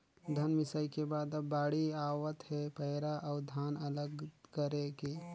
धन मिंसई के बाद अब बाड़ी आवत हे पैरा अउ धान अलग करे के